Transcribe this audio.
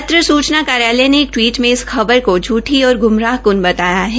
पत्र सूचना कार्यालय ने एक टवीट में इस खबर को झूठी और गुमराहपर्ण बताया है